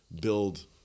build